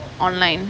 online